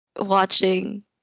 watching